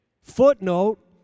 Footnote